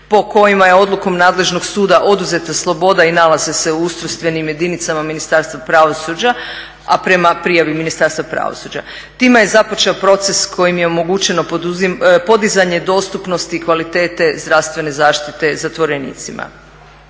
po kojima je odlukom nadležnog suda oduzeta sloboda i nalaze se u ustrojstvenim jedinicama Ministarstva pravosuđa a prema prijavi Ministarstva pravosuđa. Time je započeo proces kojim je omogućeno podizanje dostupnosti i kvalitete zdravstvene zaštite zatvorenicima.